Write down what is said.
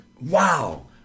Wow